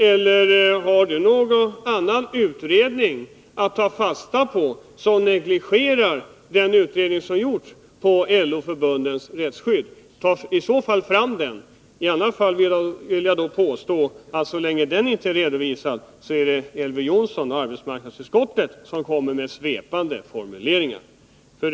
Eller har Elver Jonsson någon annan utredning än den som gjorts på LO-Förbundens Rättsskydd att hänvisa till? Ta i så fall fram den! I annat fall är det Elver Jonsson och arbetsmarknadsutskottet som använder svepande formuleringar.